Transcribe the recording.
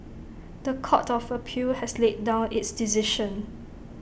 The Court of appeal has laid down its decision